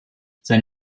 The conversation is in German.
sein